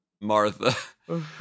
Martha